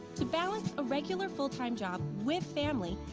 to balance a regular full-time job with family,